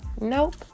Nope